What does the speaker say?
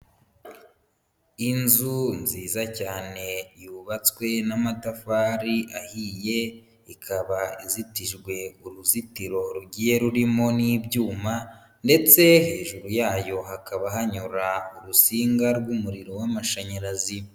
Inzu nziza cyane yubatswe n'amatafari ahiye, ikaba izitijwe uruzitiro rugiye rurimo n'ibyuma ndetse hejuru yayo hakaba hanyura urusinga rw'umuriro w'amashanyarazi.